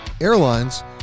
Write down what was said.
airlines